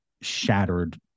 shattered